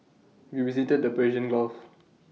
we visited the Persian gulf